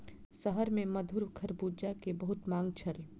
शहर में मधुर खरबूजा के बहुत मांग छल